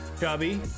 Chubby